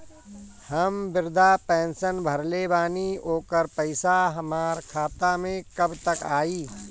हम विर्धा पैंसैन भरले बानी ओकर पईसा हमार खाता मे कब तक आई?